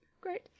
great